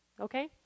Okay